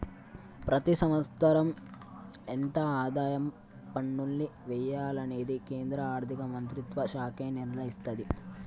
ప్రతి సంవత్సరం ఎంత ఆదాయ పన్నుల్ని వెయ్యాలనేది కేంద్ర ఆర్ధిక మంత్రిత్వ శాఖే నిర్ణయిత్తది